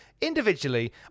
individually